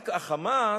רק ה"חמאס"